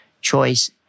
choice